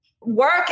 work